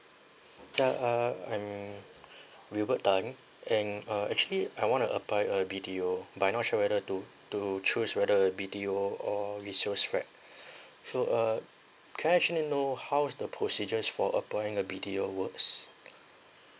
ya uh I'm wilbert tan and uh actually I want to apply a B_T_O but not sure whether to to choose whether a B_T_O or resale flat so uh can I actually know how was the procedure is for applying a B_T_O works